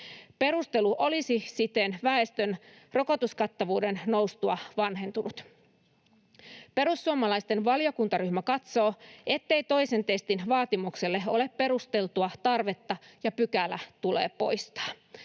Perustelu olisi siten väestön rokotuskattavuuden noustua vanhentunut. Perussuomalaisten valiokuntaryhmä katsoo, ettei toisen testin vaatimukselle ole perusteltua tarvetta ja pykälä tulee poistaa,